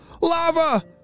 lava